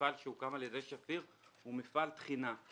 המפעל שהוקם על-ידי "שפיר" הוא מפעל טחינה.